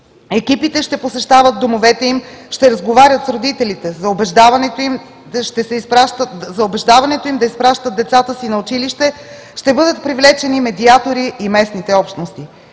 Екипите ще посещават домовете им, ще разговарят с родителите. За убеждаването им да изпращат децата си на училище ще бъдат привлечени медиатори и местните общности.